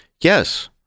Yes